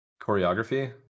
Choreography